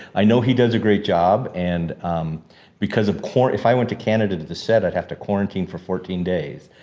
i know he does a great job and because of covid, if i went to canada to the set, i'd have to quarantine for fourteen days.